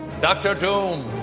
dr. doom,